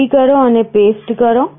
copy કરો અને paste કરો